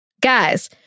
Guys